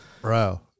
bro